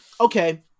okay